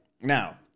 now